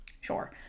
Sure